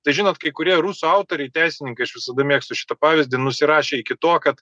tai žinot kai kurie rusų autoriai teisininkai aš visada mėgstu šitą pavyzdį nusirašė iki to kad